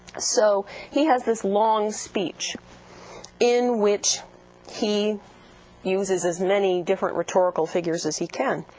so he has this long speech in which he uses as many different rhetorical figures as he can.